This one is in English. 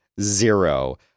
zero